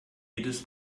jedes